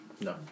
No